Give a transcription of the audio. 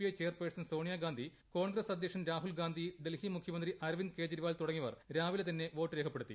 A chairperson Sonia Gandhi Congress അദ്ധ്യക്ഷൻ രാഹുൽഗാന്ധി ഡൽഹി മുഖ്യമന്ത്രി അരവിന്ദ് കെജ്രിവാൾ തുടങ്ങിയവർ രാവിലെ തന്നെ വോട്ട് രേഖപ്പെടുത്തി